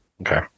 Okay